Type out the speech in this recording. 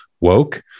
woke